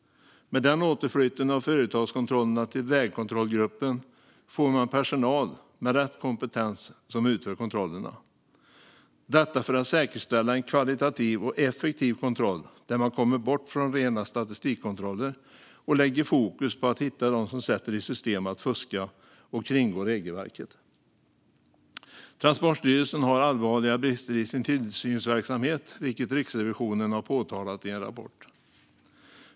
Med den återflytten av företagskontrollerna till vägkontrollgruppen får man personal med rätt kompetens som utför kontrollerna - detta för att säkerställa en högkvalitativ och effektiv kontroll där man kommer bort från rena statistikkontroller och sätter fokus på att hitta dem som sätter i system att fuska och kringgå regelverket. Transportstyrelsen har allvarliga brister i sin tillsynsverksamhet, vilket Riksrevisionen har påtalat i en rapport.